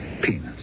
Peanuts